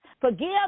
Forgive